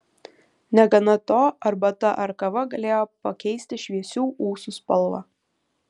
negana to arbata ar kava galėjo pakeisti šviesių ūsų spalvą